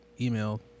Email